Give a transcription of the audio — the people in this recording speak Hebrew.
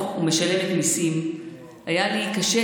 כאזרחית שומרת חוק ומשלמת מיסים היה לי קשה